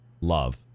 love